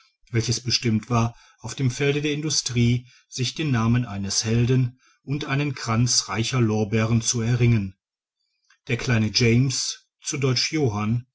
welches bestimmt war auf dem felde der industrie sich den namen eines helden und einen kranz reicher lorbeeren zu erringen der kleine james zu deutsch johann